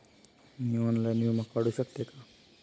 मी online विमा काढू शकते का?